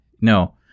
No